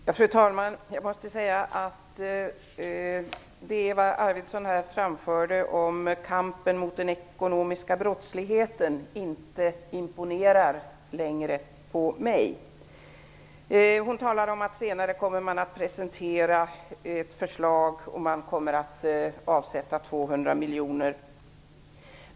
Fru talman! Jag måste säga att det som Eva Arvidsson framförde om kampen mot den ekonomiska brottsligheten inte imponerar på mig. Hon talar om att man senare kommer att presentera förslag och att man kommer att avsätta 200 miljoner.